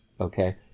Okay